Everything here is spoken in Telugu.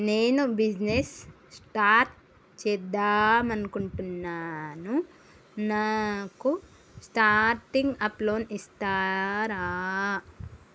నేను బిజినెస్ స్టార్ట్ చేద్దామనుకుంటున్నాను నాకు స్టార్టింగ్ అప్ లోన్ ఇస్తారా?